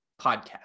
podcast